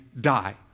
die